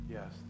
Yes